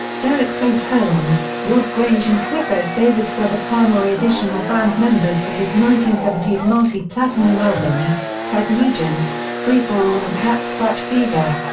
derek st. holmes, rob grange and clifford davies were the primary additional band members for his nineteen seventy s multi-platinum albums ted nugent, free-for-all and cat scratch fever.